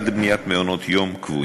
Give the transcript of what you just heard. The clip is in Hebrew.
עד לבניית מעונות-יום קבועים.